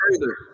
further